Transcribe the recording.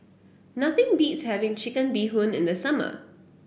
nothing beats having Chicken Bee Hoon in the summer